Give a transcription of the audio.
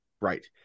Right